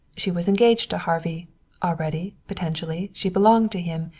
she was engaged to harvey already, potentially, she belonged to him.